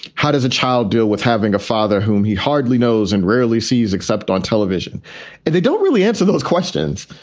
how does a child deal with having a father whom he hardly knows and rarely sees except on television and they don't really answer those questions?